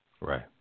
Right